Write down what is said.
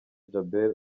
djabel